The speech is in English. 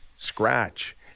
Scratch